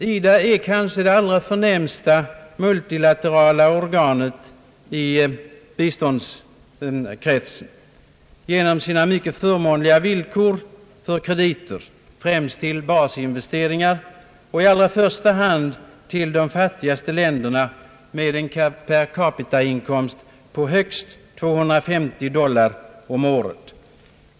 IDA är kanske det allra förnämsta multilaterala organet i biståndskretsen genom sina mycket förmånliga villkor för krediter, främst till basinvesteringar, och i första hand till de fattigaste länderna med en per-capita-inkomst på högst 250 dollar om året.